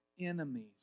enemies